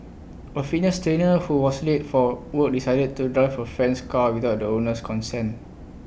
A fitness trainer who was late for work decided to drive A friend's car without the owner's consent